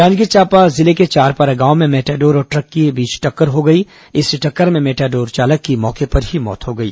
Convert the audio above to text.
जांजगीर चांपा जिले के चारपारा गांव में मेटाडोर और ट्रक के बीच हुई टक्कर में मेटाडोर चालक की मौत हो गई